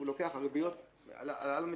הריביות הללו מתמשכות.